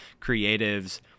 creatives